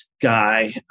guy